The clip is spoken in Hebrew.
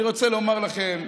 אני רוצה לומר לכם,